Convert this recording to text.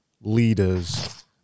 leaders